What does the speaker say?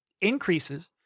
increases